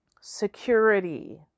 security